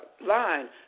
line